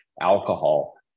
alcohol